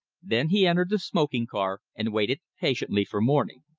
then he entered the smoking car and waited patiently for morning.